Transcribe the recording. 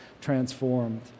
transformed